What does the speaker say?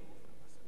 איש לא הגיב.